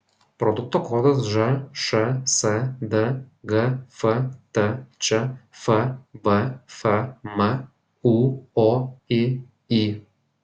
produkto kodas žšsd gftč fvfm ūoiy